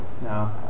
No